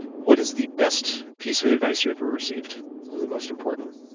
what is the best piece of advice you ever received the most important?